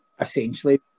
Essentially